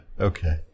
Okay